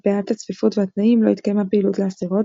מפאת הצפיפות והתנאים לא התקיימה פעילות לאסירות,